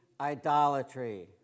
idolatry